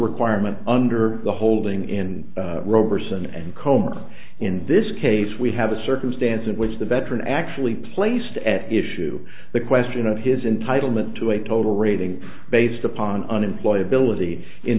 requirement under the holding in the rovers and coma in this case we have a circumstance in which the veteran actually placed at issue the question of his entitle it to a total rating based upon unemployed ability in